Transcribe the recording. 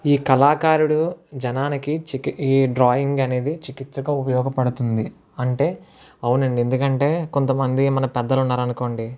ఈ కళాకారుడు జనానికి చికి ఈ డ్రాయింగ్ అనేది చికిత్సకు ఉపయోగపడుతుంది అంటే అవునండి ఎందుకంటే కొంతమంది మన పెద్దలున్నారు అనుకోండి